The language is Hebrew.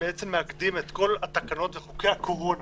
מאגדים את כל התקנות וחוקי הקורונה